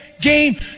game